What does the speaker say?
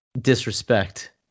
disrespect